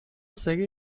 salé